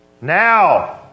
Now